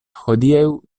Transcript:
hodiaŭ